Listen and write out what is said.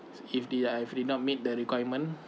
if the I did not meet the requirement